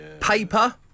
Paper